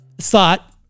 thought